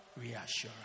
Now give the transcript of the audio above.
reassurance